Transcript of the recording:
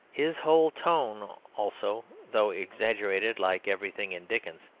his whole tone also, though exaggerated like everything in dickens,